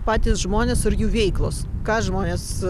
patys žmonės ir jų veiklos ką žmonės